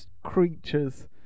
creatures